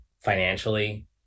financially